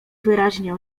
wyraźnie